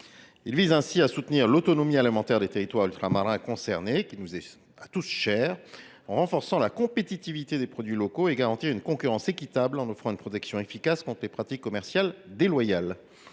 Il vise ainsi à soutenir l’autonomie alimentaire des territoires ultramarins concernés, qui nous est chère à tous, en renforçant la compétitivité des produits locaux et en garantissant une concurrence équitable, qui passe par une protection efficace contre les pratiques commerciales déloyales.